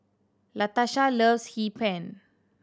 Latasha loves Hee Pan